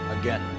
Again